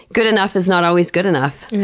good enough is not always good enough.